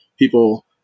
people